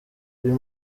uyu